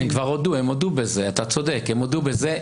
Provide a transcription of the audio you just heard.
הם כבר הודו בזה, אתה צודק, הם הודו בזה.